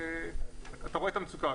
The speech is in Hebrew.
אתה רואה את המצוקה.